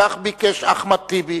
כך ביקש אחמד טיבי,